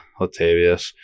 Latavius